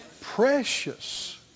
Precious